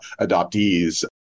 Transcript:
adoptees